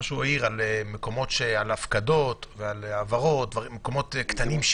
מה שהוא העיר על הפקדות והעברות במקומות קטנים,